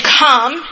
come